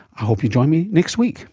i hope you join me next week